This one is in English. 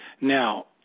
Now